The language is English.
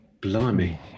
Blimey